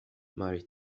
ماري